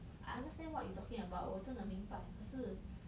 I understand what you talking about 我真的明白可是